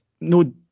no